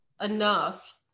enough